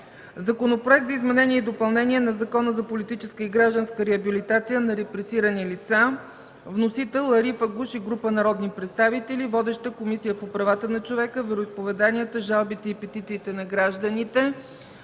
Законопроект за изменение и допълнение на Закона за политическа и гражданска реабилитация на репресирани лица. Вносител – Ариф и Агуш и група народни представители. Водеща е Комисията по правата на човека, вероизповеданията, жалбите и петициите на гражданите.